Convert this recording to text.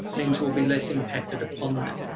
means we'll be less impacted upon that.